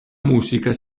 música